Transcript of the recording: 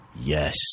yes